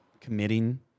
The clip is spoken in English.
committing